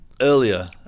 earlier